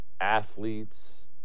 athletes